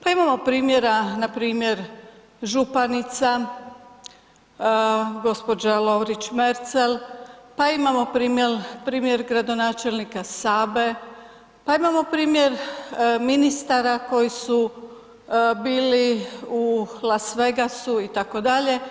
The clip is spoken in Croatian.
Pa imamo primjera npr. županica gđa. Lovrić Merzel, pa imamo primjer gradonačelnika Sabe, pa imamo primjer ministara koji su bili u Las Vegasu itd.